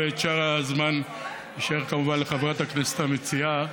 ושאר הזמן יישאר כמובן לחברת הכנסת המציעה.